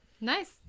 Nice